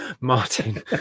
Martin